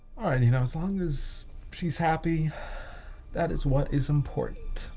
you know, as long as she's happy that is what is important.